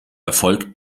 erfolgt